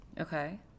Okay